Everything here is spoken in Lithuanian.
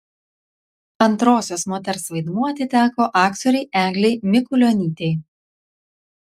antrosios moters vaidmuo atiteko aktorei eglei mikulionytei